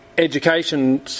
education